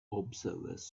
observers